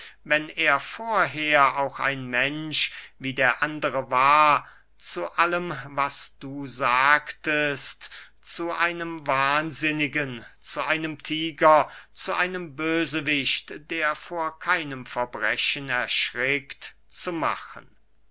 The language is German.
wenn er vorher auch ein mensch wie andere war zu allem was du sagtest zu einem wahnsinnigen zu einem tieger zu einem bösewicht der vor keinem verbrechen erschrickt zu machen